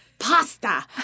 pasta